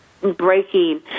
breaking